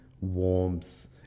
warmth